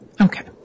Okay